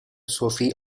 sophie